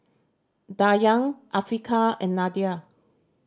Dayang Afiqah and Nadia